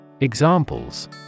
Examples